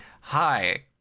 hi